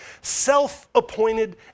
self-appointed